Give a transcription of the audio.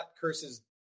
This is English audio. Curse's –